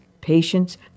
patience